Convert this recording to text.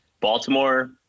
Baltimore